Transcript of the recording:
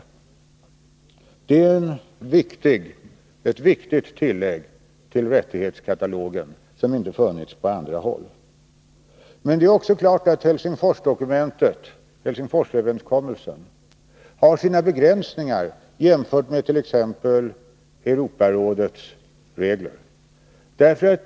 Det är ett viktigt tillägg till rättighetskatalogen som inte har funnits på andra håll. Men det är också klart att Helsingforsöverenskommelsen har sina begränsningar jämfört med t.ex. Europarådets regler.